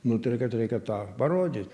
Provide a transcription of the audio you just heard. nutarė kad reikia tą parodyt